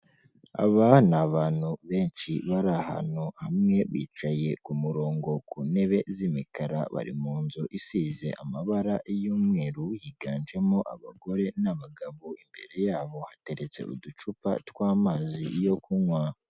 Aba ni abantu benshi bari ahantu hamwe bicaye kumurongo ku ntebe z'imikara, bari munzu isize amabara y'umweru, yiganjemo abagore, n'abagabo, imbere yabo hateretse uducupa twamazi yo kunywa.